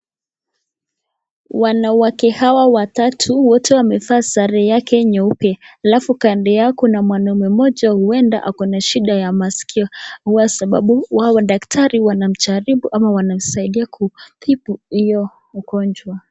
Wanawake hawa watatu wamevaa sare yake nyeupe, alafu kando yao kuna mwanamke moja huenda ako na shida ya maskio huwa sababu hawa madaktari wanamjaribu ama wanamsaidia kumtibu hiyo ugonjwa.